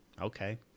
Okay